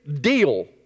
deal